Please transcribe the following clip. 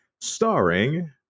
starring